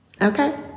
Okay